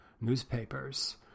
newspapers